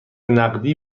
نقدی